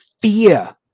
fear